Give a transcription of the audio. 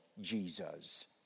Jesus